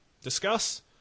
Discuss